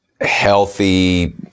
healthy